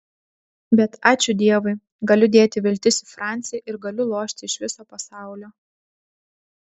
bet ačiū dievui galiu dėti viltis į francį ir galiu lošti iš viso pasaulio